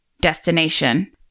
destination